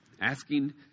asking